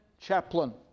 chaplain